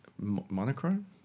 monochrome